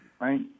Right